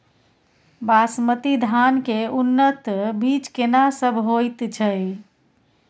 बासमती धान के उन्नत बीज केना सब होयत छै?